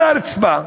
על הרצפה,